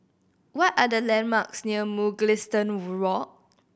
what are the landmarks near Mugliston Walk